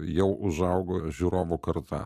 jau užaugo žiūrovų karta